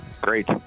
great